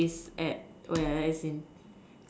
is at where as in